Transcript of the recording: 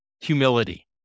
humility